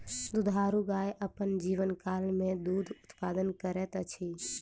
दुधारू गाय अपन जीवनकाल मे दूध उत्पादन करैत अछि